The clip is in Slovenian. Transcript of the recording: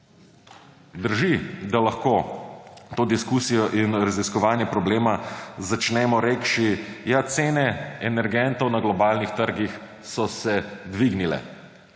Drži, da lahko to diskusijo in raziskovanje problema začnemo, rekši – ja, cene energentov na globalnih trgih so se dvignile,